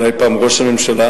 אולי פעם ראש הממשלה,